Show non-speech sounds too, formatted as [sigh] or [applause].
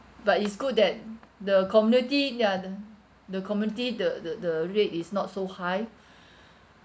but it's good that the community ya the the community the the the rate is not so high [breath]